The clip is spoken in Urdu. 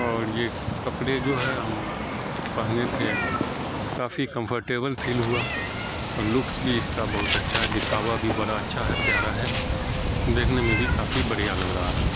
اور یہ کپڑے جو ہے ہم پہنے تھے کافی کمفرٹیبل فیل ہوا اور لکس بھی اس کا بہت اچھا ہے دکھاوا بھی بڑا اچھا ہے پیارا ہے دیکھنے میں بھی کافی بڑھیا لگ رہا تھا